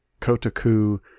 Kotaku